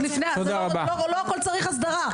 לא הכול צריך הסדרה.